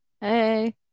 Hey